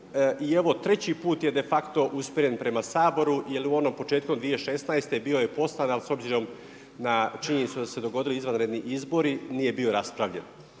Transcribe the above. i evo treći put je de facto usmjeren prema Saboru, jer i onom početku 2016. bio je postaran, ali s obzirom na činjenicu da su se dogodili izvanredni izbori nije bio raspravljen.